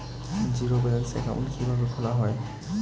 Zero balance account কিভাবে খোলা হয়?